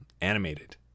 animated